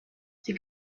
sie